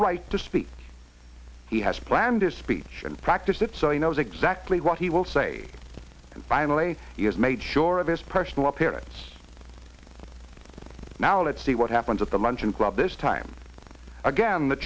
right to speak he has planned his speech and practiced it so he knows exactly what he will say and finally he has made sure of his personal appearance now let's see what happens at the luncheon club this time again the